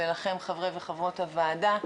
תודה לחברי הוועדה.